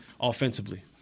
offensively